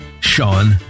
Sean